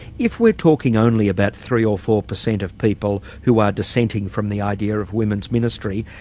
if we're talking only about three or four per cent of people who are dissenting from the idea of women's ministry,